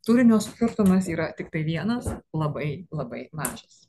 turinio skirtumas yra tiktai vienas labai labai mažas